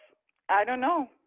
i don't know,